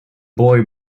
boy